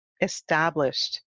established